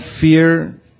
fear